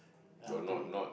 I want to eat uh